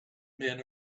men